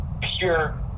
pure